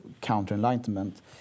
counter-Enlightenment